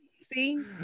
see